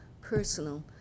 personal